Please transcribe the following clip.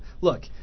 look